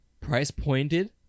price-pointed